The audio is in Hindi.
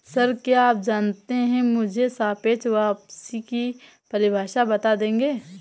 सर, क्या आप मुझे सापेक्ष वापसी की परिभाषा बता देंगे?